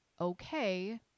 okay